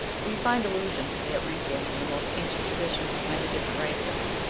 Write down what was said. we find allusions to the atlanteans in the most ancient traditions of many different races.